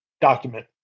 document